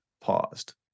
paused